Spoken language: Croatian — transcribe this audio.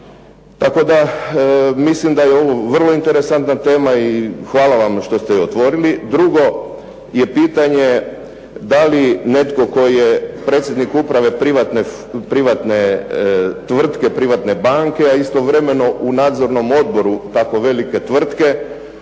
tako da mislim da je ovo vrlo interesantna tema i hvala vam što ste je otvorili. Drugo je pitanje da li netko tko je predsjednik uprave privatne tvrtke, privatne banke a istovremeno u nadzornom odboru tako velike tvrtke